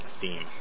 theme